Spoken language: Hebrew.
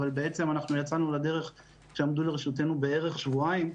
אבל בעצם אנחנו יצאנו לדרך כשעמדו לרשותנו בערך שבועיים.